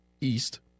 east